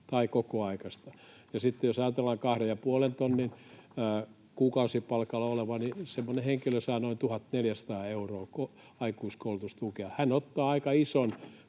tai kokoaikaista. Ja sitten, jos ajatellaan kahden ja puolen tonnin kuukausipalkalla olevaa, niin semmoinen henkilö saa noin 1 400 euroa aikuiskoulutustukea. Hän ottaa aika ison,